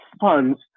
funds